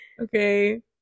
Okay